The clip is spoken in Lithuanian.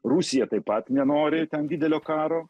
rusija taip pat nenori ten didelio karo